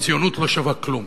הציונות לא שווה כלום.